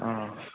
ও